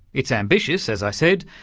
it's ambitious, as i said,